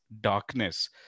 darkness